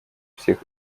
всех